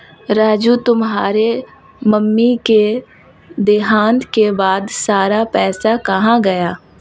राजू तुम्हारे मम्मी के देहांत के बाद सारा पैसा कहां गया?